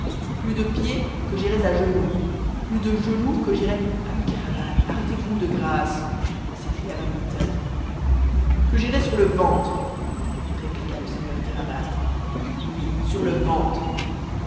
plus de pieds que j'irais à genoux plus de genoux que j'irais ami kéraban arrêtez-vous de grâce s'écria van mitten que j'irais sur le ventre répliqua le seigneur kéraban oui sur le ventre